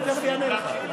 אני תכף אענה לך.